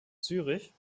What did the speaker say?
zürich